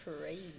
crazy